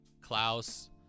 Klaus